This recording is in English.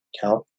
count